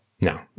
No